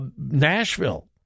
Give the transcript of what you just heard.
Nashville